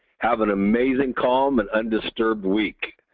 have an amazing, calm and undisturbed week.